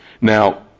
Now